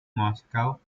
moscow